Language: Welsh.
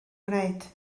gwneud